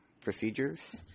procedures